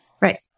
Right